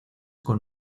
con